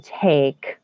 take